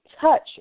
touch